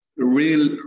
real